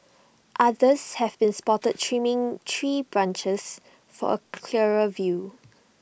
others have been spotted trimming tree branches for A clearer view